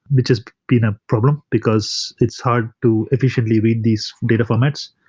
which is been a problem because it's hard to efficiently read these data formats.